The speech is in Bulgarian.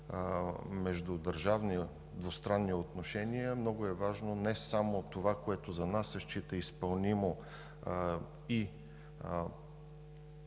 междудържавни двустранни отношения, много важно е не само това, което за нас се счита изпълнимо и